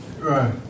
Right